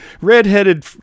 redheaded